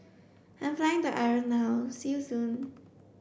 I'm flying the Ireland now see you soon